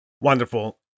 Wonderful